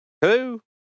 Hello